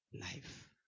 life